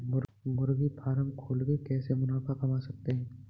मुर्गी फार्म खोल के कैसे मुनाफा कमा सकते हैं?